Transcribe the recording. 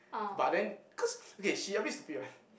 but then cause okay she a bit stupid [one]